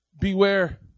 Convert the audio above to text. Beware